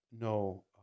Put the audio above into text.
no